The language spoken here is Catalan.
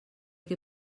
que